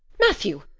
matthew,